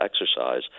exercise